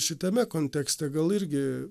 šitame kontekste gal irgi